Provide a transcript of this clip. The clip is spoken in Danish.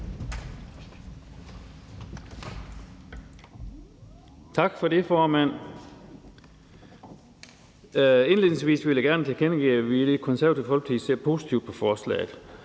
Tak for det, formand. Indledningsvis vil jeg gerne tilkendegive, at vi i Det Konservative Folkeparti ser positivt på forslaget.